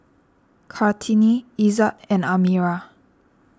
Kartini Izzat and Amirah